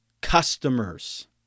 customers